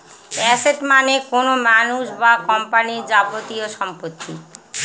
asset মানে কোনো মানুষ বা কোম্পানির যাবতীয় সম্পত্তি